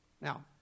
Now